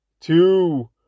two